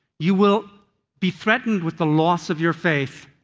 you will be threatened with the loss of your faith.